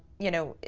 you know,